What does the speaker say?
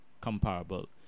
comparable